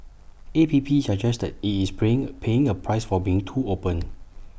A P P suggests that IT is praying paying A price for being too open